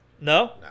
No